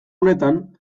honetan